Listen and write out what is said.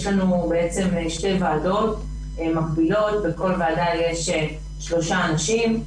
יש לנו שתי ועדות מקבילות כאשר בכל ועדה יש שלושה חברים.